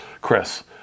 Chris